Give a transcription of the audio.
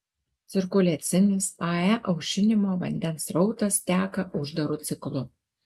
cirkuliacinis ae aušinimo vandens srautas teka uždaru ciklu